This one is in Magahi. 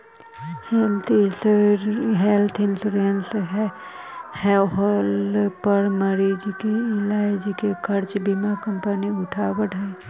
हेल्थ इंश्योरेंस होला पर मरीज के इलाज के खर्चा बीमा कंपनी उठावऽ हई